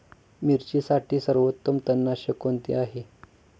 मिरचीसाठी सर्वोत्तम तणनाशक कोणते आहे?